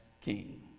king